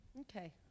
Okay